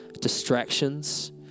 distractions